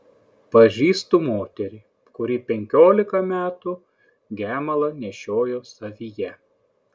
pažįstu moterį kuri penkiolika metų gemalą nešiojo savyje